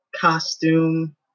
costume